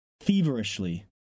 feverishly